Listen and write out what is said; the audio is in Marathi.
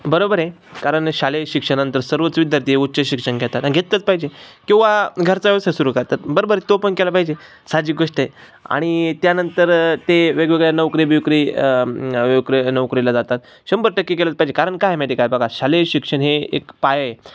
बरोबर आहे कारण शालेय शिक्षणानंतर सर्वच विद्यार्थी हे उच्च शिक्षण घेतात आणि घेतच पाहिजे किंवा घरचा व्यवसाय सुरू करतात बरोबर तो पण केला पाहिजे साहजिक गोष्ट आहे आणि त्यानंतर ते वेगवेगळ्या नोकरी बिकरी वेगवेगळ्या नोकरीला जातात शंभर टक्के केलंच पाहिजे कारण काय माहिती काय बघ शालेय शिक्षण हे एक पाया आहे